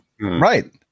Right